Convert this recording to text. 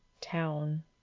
town